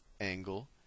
angle